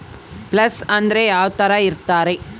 Place ಅಂದ್ರೆ ಯಾವ್ತರ ಇರ್ತಾರೆ?